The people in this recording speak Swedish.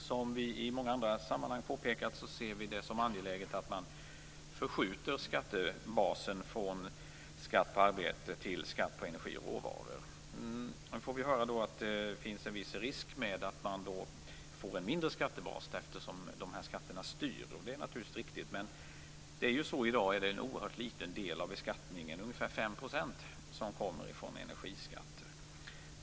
Som vi i många andra sammanhang påpekat, ser vi det som angeläget att man förskjuter skattebasen från skatt på arbete till skatt på energi och råvaror. Vi har då fått höra att det finns en viss risk för att man då får en mindre skattebas, eftersom dessa skatter styr. Det är naturligtvis riktigt. Men i dag är det en oerhört liten del av beskattningen, ungefär fem procent, som kommer från energiskatter.